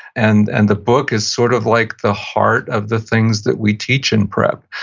and and the book is sort of like the heart of the things that we teach in prep.